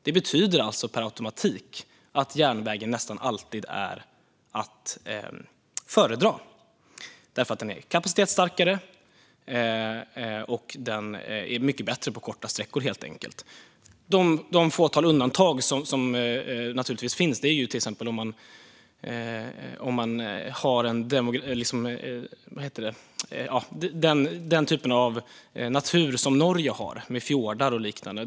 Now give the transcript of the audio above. Det betyder per automatik att järnvägen nästan alltid är att föredra eftersom den är kapacitetsstarkare och mycket bättre på korta sträckor. Det fåtal undantag som givetvis finns är till exempel om man har den typ av natur som Norge har med fjordar och liknande.